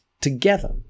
together